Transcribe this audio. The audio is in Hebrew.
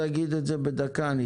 תגיד את זה בדקה.